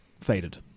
faded